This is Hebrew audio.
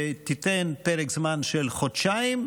שתיתן פרק זמן של חודשיים,